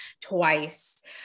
twice